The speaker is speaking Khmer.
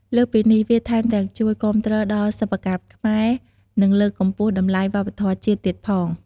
លើសពីនេះ វាថែមទាំងជួយគាំទ្រដល់សិប្បកម្មខ្មែរ និងលើកកម្ពស់តម្លៃវប្បធម៌ជាតិទៀតផង។